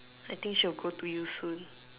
I think she will go to you soon